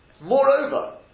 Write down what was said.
Moreover